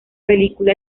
película